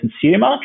consumer